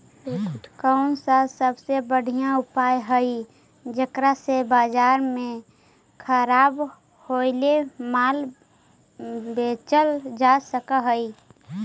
कौन सा सबसे बढ़िया उपाय हई जेकरा से बाजार में खराब होअल माल बेचल जा सक हई?